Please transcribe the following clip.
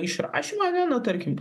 išrašymą ane na tarkim